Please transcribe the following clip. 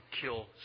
kill